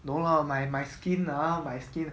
no lah my my skin ah my skin